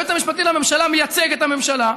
היועץ המשפטי לממשלה מייצג את הממשלה,